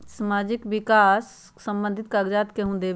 समाजीक विकास संबंधित कागज़ात केहु देबे?